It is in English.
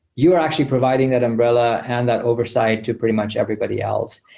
you are actually providing that umbrella and that oversight to pretty much everybody else.